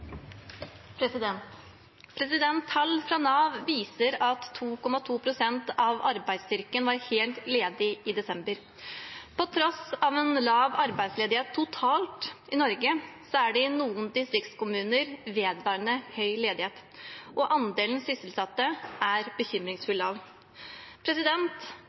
Nav viser at 2,2 pst. av arbeidsstyrken var helt ledige i desember. På tross av en lav arbeidsledighet totalt i Norge er det i noen distriktskommuner vedvarende høy ledighet, og andelen sysselsatte er